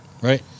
Right